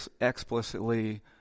explicitly